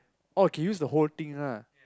oh can use the whole thing lah